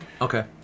Okay